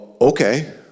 Okay